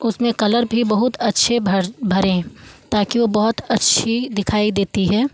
उसमें कलर भी बहुत अच्छे भर भरें ताकि वो बहुत अच्छी दिखाई देती है